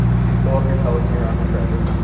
so you fill up your pellets here on a trigger,